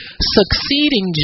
succeeding